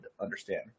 understand